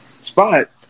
spot